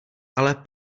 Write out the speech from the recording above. ale